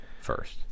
first